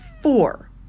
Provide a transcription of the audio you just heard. Four